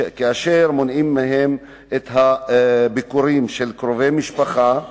מונעים מהם ביקורים של קרובי משפחה,